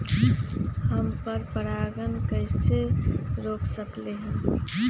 हम पर परागण के कैसे रोक सकली ह?